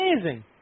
amazing